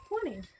Twenty